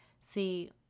See